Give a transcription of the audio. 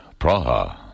Praha